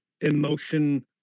emotion